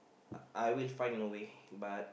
uh I will find a way but